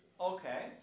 Okay